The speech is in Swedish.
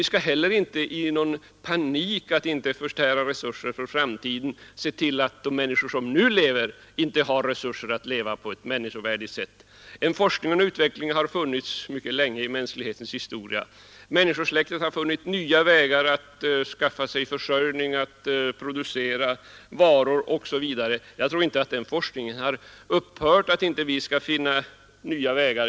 Vi skall heller inte i panik, för att inte tära resurser för framtiden, handla så att de människor som nu lever inte har resurser att leva på ett människovärdigt sätt. Forskning och utveckling har pågått mycket länge i mänsklighetens historia. Människosläktet har funnit nya vägar att skaffa sig försörjning, producera varor osv. Jag tror inte att den forskningen har upphört och att vi inte skall finna nya vägar.